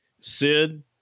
Sid